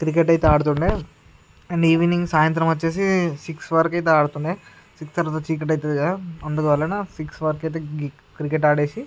cricket అయితే ఆడుతుండే and evening సాయంత్రం వచ్చి సిక్స్ వరకు అయితే ఆడుతుండే సిక్స్ తర్వాత చీకటి అవుతుంది కదా అందువలన సిక్స్ వరకు అయితే క్రికెట్ ఆడి